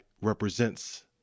represents